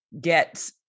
get